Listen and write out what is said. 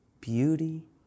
beauty